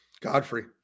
Godfrey